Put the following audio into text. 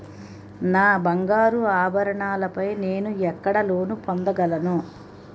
నా బంగారు ఆభరణాలపై నేను ఎక్కడ లోన్ పొందగలను?